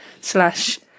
slash